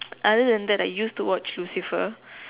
other than that I used to watch Lucifer